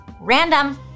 Random